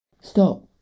Stop